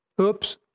Oops